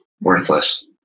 worthless